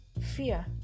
fear